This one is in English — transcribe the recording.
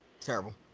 Terrible